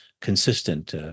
consistent